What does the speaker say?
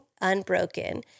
unbroken